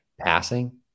Passing